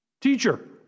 Teacher